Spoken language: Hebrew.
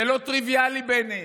זה לא טריוויאלי בעיניהם.